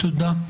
תודה.